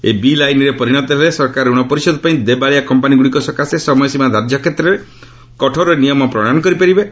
ଏହି ବିଲ୍ ଆଇନରେ ପରିଣତ ହେଲେ ସରକାର ଋଣ ପରିଶୋଧ ପାଇଁ ଦେବାଳିଆ କମ୍ପାନୀଗ୍ରଡ଼ିକ ସକାଶେ ସମୟସୀମା ଧାର୍ଯ୍ୟ କ୍ଷେତ୍ରରେ କଠୋର ନିୟମ ପ୍ରଶୟନ କରିପାରିବେ